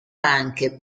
anche